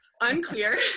unclear